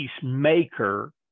peacemaker